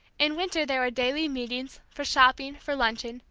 in winter there were daily meetings, for shopping, for luncheon,